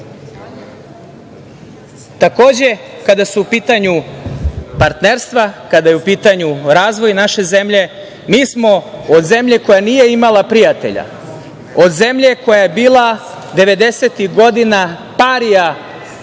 zemlje. Takođe, kada su u pitanju partnerstva, kada je u pitanju razvoj naše zemlje mi smo od zemlje koja nije imala prijatelja, od zemlje koja je bila 90-ih godina parija